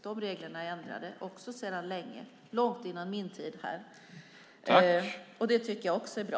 Dessa regler är ändrade sedan länge - långt före min tid här. Det tycker jag är bra.